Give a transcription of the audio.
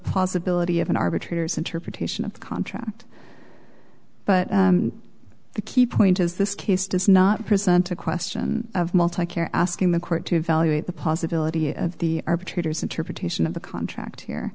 possibility of an arbitrator's interpretation of the contract but the key point is this case does not present a question of malta care asking the court to evaluate the possibility of the arbitrators interpretation of the contract